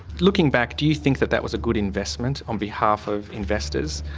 looking back do you think that that was a good investment on behalf of investors,